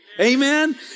Amen